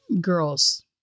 girls